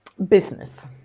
business